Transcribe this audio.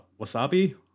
wasabi